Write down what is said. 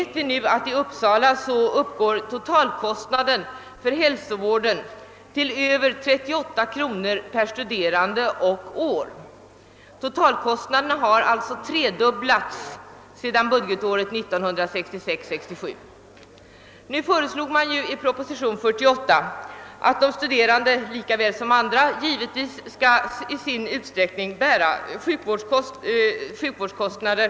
Totalkostnaden för hälsovården uppgår där till över 38 kronor per studerande och år. Totalkostnaderna har alltså tredubblats sedan budgetåret 1966/67. I propositionen 48 föreslogs att studerande lika väl som andra samhällsmedlemmar skall bära sin del av sjukvårdskostnaderna.